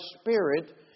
spirit